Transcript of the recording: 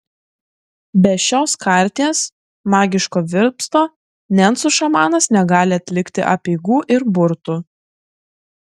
be šios karties magiško virpsto nencų šamanas negali atlikti apeigų ir burtų